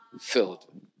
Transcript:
Filled